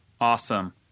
Awesome